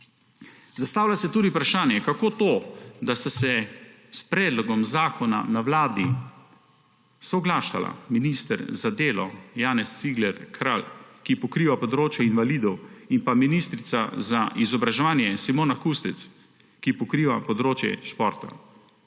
Zastavlja se tudi vprašanje, kako to, da sta s predlogom zakona na Vladi soglašala minister za delo Janez Cigler Kralj, ki pokriva področje invalidov, in ministrica za izobraževanje Simona Kustec, ki pokriva področje športa.